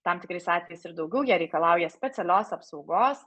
tam tikrais atvejais ir daugiau jie reikalauja specialios apsaugos